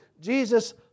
Jesus